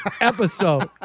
episode